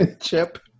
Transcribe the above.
Chip